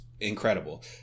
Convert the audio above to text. incredible